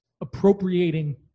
appropriating